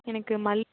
எனக்கு மல்லி